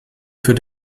für